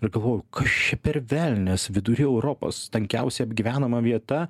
ir galvojau kas čia per velnias vidury europos tankiausiai apgyvenama vieta